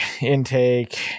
intake